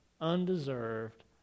undeserved